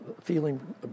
feeling